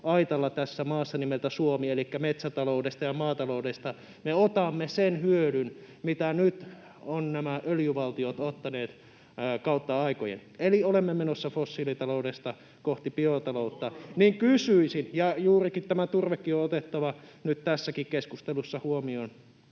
aitalla tässä maassa nimeltä Suomi, elikkä metsätaloudesta ja maataloudesta me otamme sen hyödyn, mitä nyt ovat nämä öljyvaltiot ottaneet kautta aikojen. Eli olemme menossa fossiilitaloudesta kohti biotaloutta, [Juha Mäenpää: Onko turve fossiilista?] — ja juurikin tämä turvekin on otettava nyt tässäkin keskustelussa huomioon